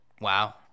Wow